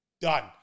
done